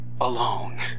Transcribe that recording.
alone